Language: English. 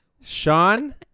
Sean